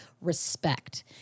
respect